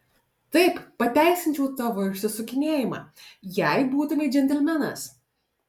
taip pateisinčiau tavo išsisukinėjimą jei būtumei džentelmenas